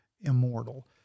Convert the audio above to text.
immortal